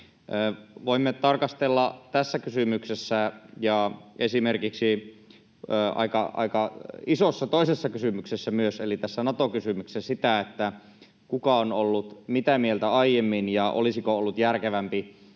Voimme tarkastella tässä kysymyksessä ja esimerkiksi aika isossa toisessa kysymyksessä myös, eli tässä Nato-kysymyksessä, sitä, että kuka on ollut mitä mieltä aiemmin ja olisiko ollut järkevämpi